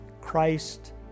Christ